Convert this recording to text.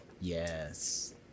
yes